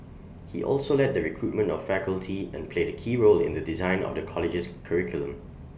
he also led the recruitment of faculty and played A key role in the design of the college's curriculum